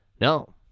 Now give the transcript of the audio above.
no